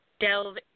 delve